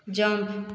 jump